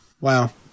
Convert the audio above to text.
Wow